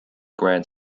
grand